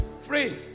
Free